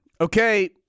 okay